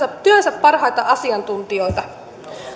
työnsä parhaita asiantuntijoita